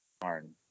Darn